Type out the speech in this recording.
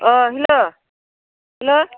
ओ hello hello